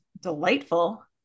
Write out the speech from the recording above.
delightful